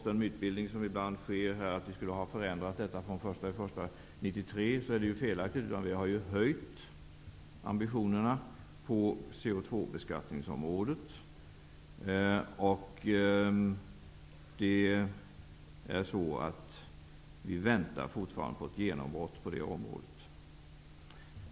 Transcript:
Den mytbildning som ibland sker att detta skulle ha förändrats sedan den 1 januari 1993 är felaktig. Vi har ju höjt ambitionerna på CO2 beskattningsområdet. Vi väntar fortfarande på ett genombrott på det området.